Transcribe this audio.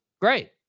great